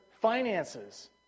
finances